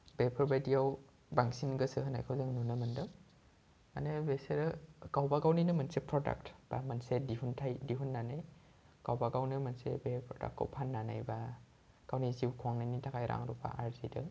बेफोर बायदिआव बांसिन गोसो होनायखौ जों नुनो मोन्दों माने बेसोरो गावबा गावनिनो मोनसे प्रडाक्ट बा मोनसे दिहुन्थाय दिहुननानै गावबा गावनो बे मोनसे प्रडाक्टखौ फाननानै बा गावनि जिउ खुंनायनि थाखाय रां रुफा आरजिदों